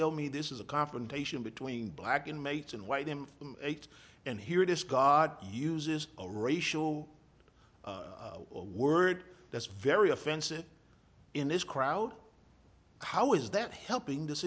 tell me this is a confrontation between black inmates and white in eight and here it is god uses a racial word that's very offensive in this crowd how is that helping the